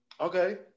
Okay